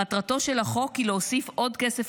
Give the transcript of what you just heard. מטרתו של החוק היא להוסיף עוד כסף